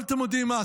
אבל אתם יודעים מה?